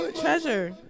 treasure